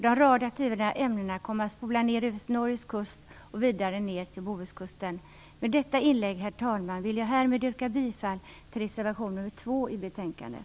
De radioaktiva ämnena kommer att spolas ner över Norges kust och vidare ner till Bohuskusten. Herr talman! Med detta inlägg yrkar jag bifall till reservation 2 till betänkandet.